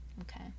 Okay